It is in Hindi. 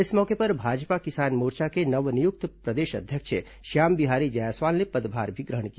इस मौके पर भाजपा किसान मोर्चा के नव नियुक्त प्रदेश अध्यक्ष श्याम बिहारी जायसवाल ने पदभार भी ग्रहण किया